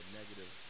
negative